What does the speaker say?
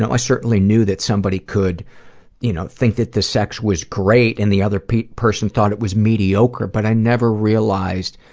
i certainly knew that somebody could you know think that the sex was great and the other person thought it was mediocre, but i never realized